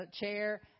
chair